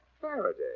Faraday